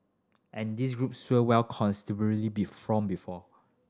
and this group swelled considerably be from before